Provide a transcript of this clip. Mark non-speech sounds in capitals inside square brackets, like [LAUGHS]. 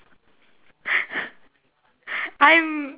[LAUGHS] I'm